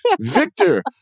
Victor